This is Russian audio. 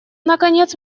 наконец